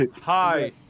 hi